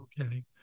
Okay